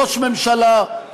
שראש ממשלה,